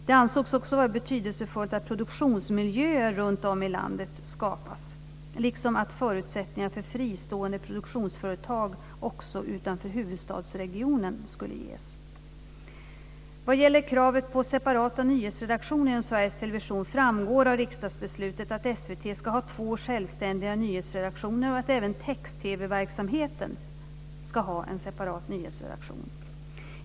Det ansågs också vara betydelsefullt att produktionsmiljöer runtom i landet skapas liksom att förutsättningar för fristående produktionsföretag också utanför huvudstadsregionen skulle ges. Vad gäller kravet på separata nyhetsredaktioner inom Sveriges Television framgår av riksdagsbeslutet att SVT ska ha två självständiga nyhetsredaktioner och att även text-TV-verksamheten ska ha en separat nyhetsredaktion.